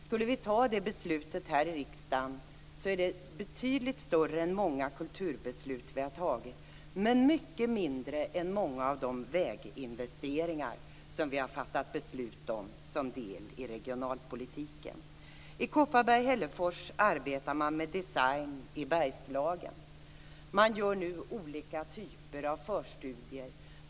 Skulle vi fatta det beslutet här i riksdagen skulle det vara betydligt större än många av de kulturbeslut vi fattat men mycket mindre än många av de väginvesteringar som vi beslutat om som del i regionalpolitiken. I Kopparberg, Hällefors, arbetar man med Design i Bergslagen. Man gör nu olika typer av förstudier.